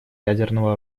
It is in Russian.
ядерного